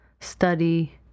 study